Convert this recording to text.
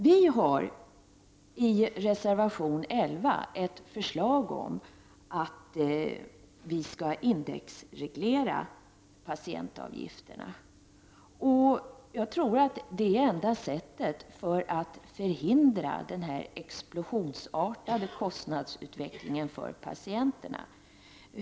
Vpk har i reservation 11 föreslagit att patientavgifterna skall indexregleras. Jag tror att det är det enda sättet för att man skall förhindra denna explosionsartade kostnadsutveckling för patienterna.